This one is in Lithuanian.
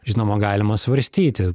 žinoma galima svarstyti